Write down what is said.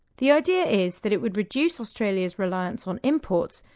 the idea is that it would reduce australia's reliance on imports,